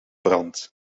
brand